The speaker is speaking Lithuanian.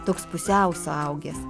toks pusiau suaugęs